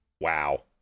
Wow